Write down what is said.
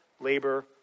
labor